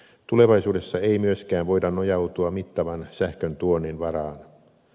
tulevaisuudessa ei myöskään voida nojautua mittavan sähköntuonnin varaan